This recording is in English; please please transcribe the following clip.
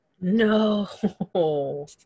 No